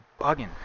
bugging